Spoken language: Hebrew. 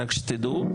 רק שתדעו,